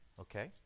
okay